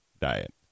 diet